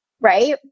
right